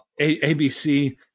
ABC